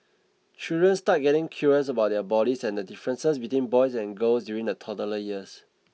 children start getting curious about their bodies and the differences between boys and girls during the toddler years